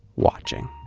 watching.